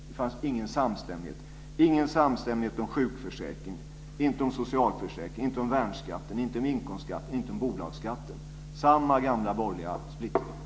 Det fanns ingen samstämmighet. Det fanns ingen samstämmighet om sjukförsäkringen, socialförsäkringen, värnskatten, inkomstskatten eller bolagskatten. Det var samma gamla borgerliga splittring.